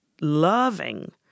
loving